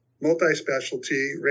multi-specialty